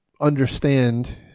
understand